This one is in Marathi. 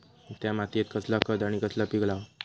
त्या मात्येत कसला खत आणि कसला पीक लाव?